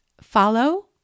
follow